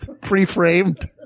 pre-framed